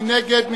מי נגד?